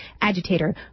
agitator